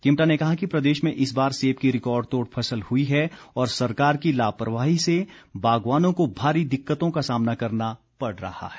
किमटा ने कहा कि प्रदेश में इस बार सेब की रिकार्ड तोड़ फसल हुई है और सरकार की लापरवाही से बागवानों को भारी दिक्कतों का सामना करना पड़ रहा है